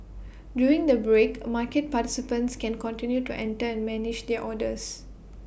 during the break market participants can continue to enter and manage their orders